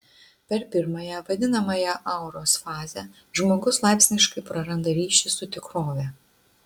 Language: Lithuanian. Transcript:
per pirmąją vadinamąją auros fazę žmogus laipsniškai praranda ryšį su tikrove